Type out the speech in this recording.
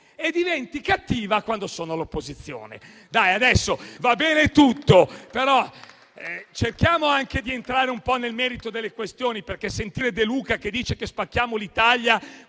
e diventa cattiva quando è all'opposizione.